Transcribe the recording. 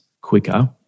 quicker